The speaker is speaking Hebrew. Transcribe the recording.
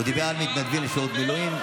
הוא דיבר על מתנדבים לשירות מילואים.